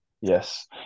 Yes